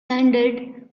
ended